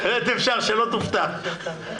שלא תופתע.